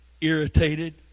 irritated